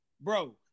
bro